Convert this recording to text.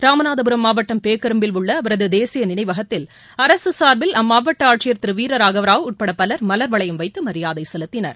ராமநாதபுரம் மாவட்டம் பேக்கரும்பில் உள்ள அவரது தேசிய நினைவகத்தில் அரசு சார்பில் அம்மாவட்ட ஆட்சியர் திரு வீரராகவராவ் உட்பட பலர் மலர்வளையம் வைத்து மரியதை செலுத்தினர்